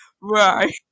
right